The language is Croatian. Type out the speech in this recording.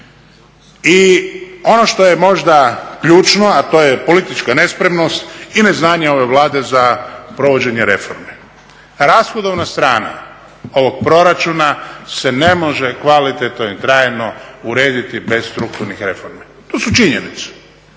I ono što je možda ključno, a to je politička nespremnost i neznanje ove Vlade za provođenje reforme. Rashodovna strana ovog proračuna se ne može kvalitetno i trajno urediti bez strukturnih reformi. To su činjenice.